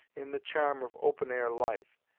in the charm of open-air life,